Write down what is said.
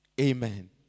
Amen